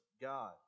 God